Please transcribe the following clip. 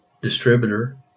Distributor